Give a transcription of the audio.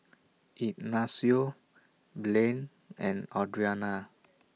Ignacio Blaine and Audrina